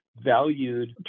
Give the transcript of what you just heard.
valued